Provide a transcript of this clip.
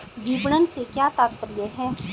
विपणन से क्या तात्पर्य है?